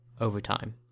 Overtime